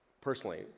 personally